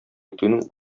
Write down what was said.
итүнең